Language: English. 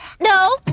No